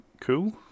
cool